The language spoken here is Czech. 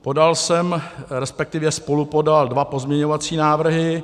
Podal jsem, respektive spolupodal, dva pozměňovací návrhy.